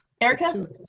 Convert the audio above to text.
Erica